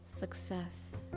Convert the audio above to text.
Success